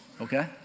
Okay